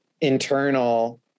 internal